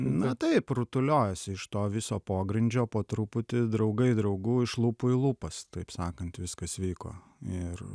na taip rutuliojasi iš to viso pogrindžio po truputį draugai draugų iš lūpų į lūpas taip sakant viskas vyko ir